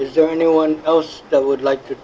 is there anyone else that would like to